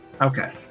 Okay